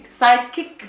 sidekick